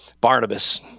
Barnabas